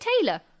Taylor